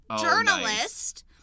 journalist